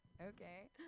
okay